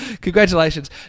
Congratulations